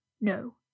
No